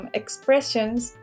expressions